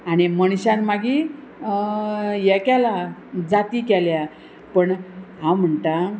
आनी मनशान मागीर हें केलां जाती केल्या पूण हांव म्हणटा